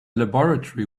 laboratory